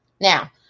Now